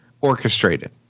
orchestrated